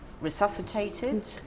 resuscitated